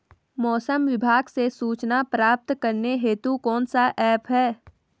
मौसम विभाग से सूचना प्राप्त करने हेतु कौन सा ऐप है?